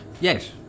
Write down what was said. Yes